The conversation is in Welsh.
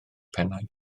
pennau